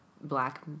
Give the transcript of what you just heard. black